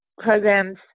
programs